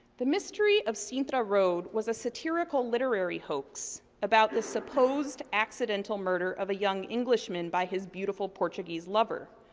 the mystery of cintra road was a satirical literary hoax about the supposed accidental murder of a young englishman by his beautiful portuguese lover.